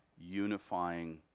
unifying